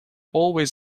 always